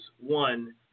one